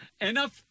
Enough